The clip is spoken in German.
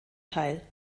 teil